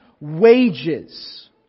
wages